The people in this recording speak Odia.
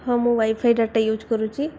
ହଁ ମୁଁ ୱାଇଫାଇ ଡ଼ାଟା ୟୁଜ୍ କରୁଛି